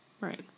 right